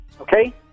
okay